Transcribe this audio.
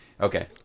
okay